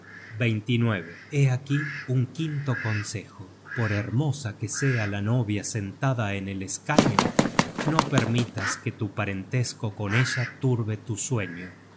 at hé aquí un quinto consejo por hermosa que sea la novia sentada en el escaño no permitas que tu parentesco con ella turbe tu sueño